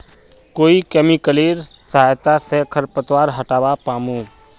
कोइ केमिकलेर सहायता से खरपतवार हटावा पामु